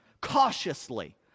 Cautiously